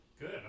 Good